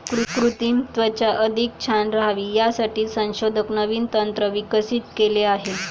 कृत्रिम त्वचा अधिक छान राहावी यासाठी संशोधक नवीन तंत्र विकसित केले आहे